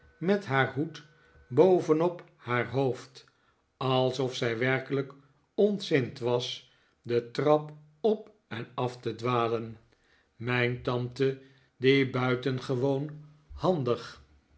met haar hoed bovenop haar hoofd alsof zij werkelijk ontzind was de trap op en af te dwalen mijn tante die buitengewoon handig